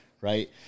right